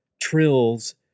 trills